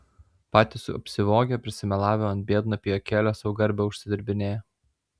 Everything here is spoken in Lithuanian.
patys apsivogę prisimelavę o ant biedno pijokėlio sau garbę uždirbinėja